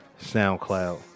SoundCloud